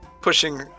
pushing